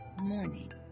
morning